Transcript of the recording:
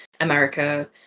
America